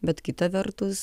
bet kita vertus